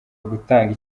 gutanga